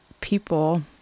people